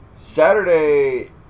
Saturday